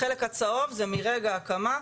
החלק הצהוב זה מרגע ההקמה.